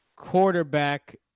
quarterback